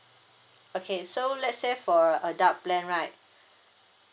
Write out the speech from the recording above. okay so let's say for adult plan right